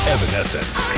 Evanescence